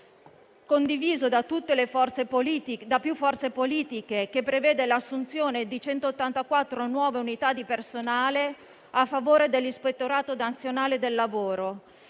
condiviso da più forze politiche, che prevede l'assunzione di 184 nuove unità di personale a favore dell'Ispettorato nazionale del lavoro.